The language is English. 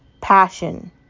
passion